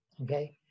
Okay